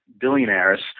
billionaires